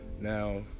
Now